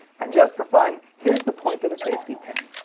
and just for fun, here's the point of a safety pin.